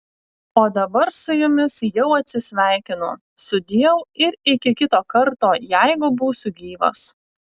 o dabar su jumis jau atsisveikinu sudieu ir iki kito karto jeigu būsiu gyvas